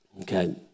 okay